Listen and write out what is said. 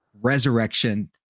resurrection